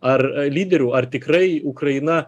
ar lyderių ar tikrai ukraina